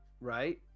right